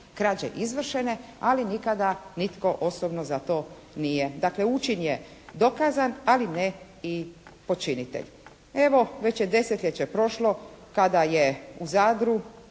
krađe izvršene ali nikada nitko osobno za to nije, dakle učin je dokazan ali ne i počinitelj. Evo već je desetljeće prošlo kada je u Zadru